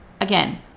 Again